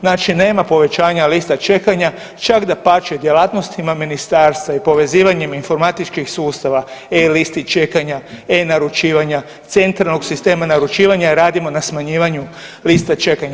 Znači nema povećanja lista čekanja, čak dapače djelatnostima ministarstva i povezivanjem informatičkih sustava e-listi čekanja, e-naručivanja, centralnog sistema naručivanja jer radimo na smanjivanju liste čekanja.